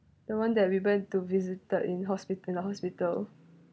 the one that we went to visited in hospital in the hospital